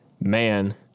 man